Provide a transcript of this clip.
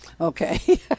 okay